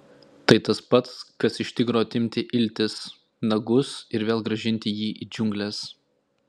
tai tas pats kas iš tigro atimti iltis nagus ir vėl grąžinti jį į džiungles